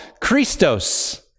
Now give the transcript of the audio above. Christos